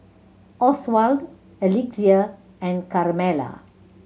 Oswald Alexia and Carmella